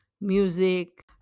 music